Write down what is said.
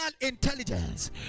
intelligence